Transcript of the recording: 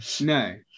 No